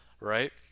right